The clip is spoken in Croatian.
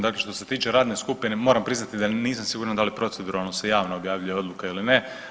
Dakle, što se tiče radne skupine moram priznati da nisam siguran da li proceduralno se javno objavljuje odluka ili ne.